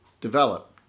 develop